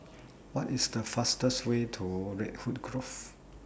What IS The fastest Way to Redwood Grove